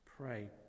Pray